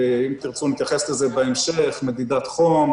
ואם תרצו אתייחס לזה בהמשך: מדידת חום,